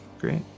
great